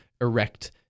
erect